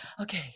okay